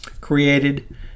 created